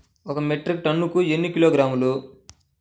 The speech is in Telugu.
ఒక మెట్రిక్ టన్నుకు ఎన్ని కిలోగ్రాములు?